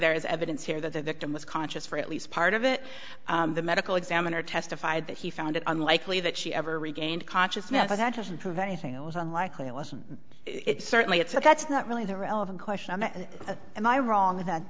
there is evidence here that the victim was conscious for at least part of it the medical examiner testified that he found it unlikely that she ever regained consciousness but that doesn't prove anything it was unlikely it wasn't it certainly it's not that's not really the relevant question am i wrong in that